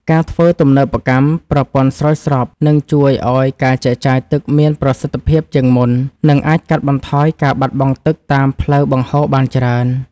ការធ្វើទំនើបកម្មប្រព័ន្ធស្រោចស្រពនឹងជួយឱ្យការចែកចាយទឹកមានប្រសិទ្ធភាពជាងមុន និងអាចកាត់បន្ថយការបាត់បង់ទឹកតាមផ្លូវបង្ហូរបានច្រើន។